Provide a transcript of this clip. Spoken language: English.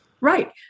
Right